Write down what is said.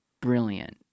brilliant